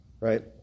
right